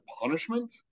punishment